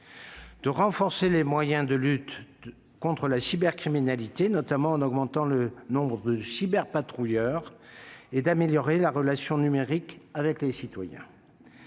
de renforcer les moyens de lutte contre la cybercriminalité, en augmentant par exemple le nombre de « cyberpatrouilleurs », et d'améliorer la relation numérique avec les citoyens.